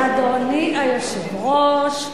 אדוני היושב-ראש,